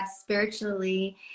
spiritually